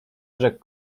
rzekł